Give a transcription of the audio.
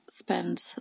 spend